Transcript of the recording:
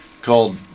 called